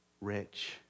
rich